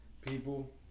people